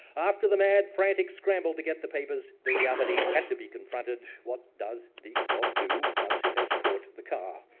after the mad frantic scramble to get the papers, the reality had to be confronted, what does the dog do once it has caught the car.